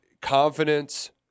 confidence